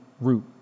route